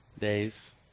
days